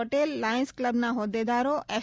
Patel Lions ક્લબના હોદ્દેદારો S